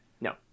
no